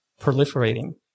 proliferating